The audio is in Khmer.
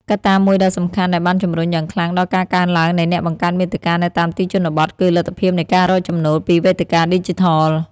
កត្តាមួយដ៏សំខាន់ដែលបានជំរុញយ៉ាងខ្លាំងដល់ការកើនឡើងនៃអ្នកបង្កើតមាតិកានៅតាមទីជនបទគឺ លទ្ធភាពនៃការរកចំណូលពីវេទិកាឌីជីថល។